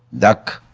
duck.